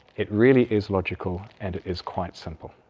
it really is logical and it is quite simple.